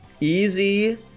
Easy